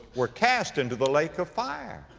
were cast into the lake of fire.